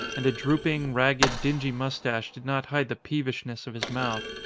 and a droop ing, ragged, dingy moustache did not hide the peevishness of his mouth.